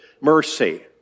mercy